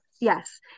Yes